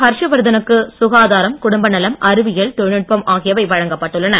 ஹர்ஷவர்தனுக்கு சுகாதாரம் குடும்பநலம் அறிவியல் தொழில்நுட்பம் ஆகியவை வழங்கப்பட்டுள்ளன